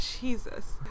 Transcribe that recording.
Jesus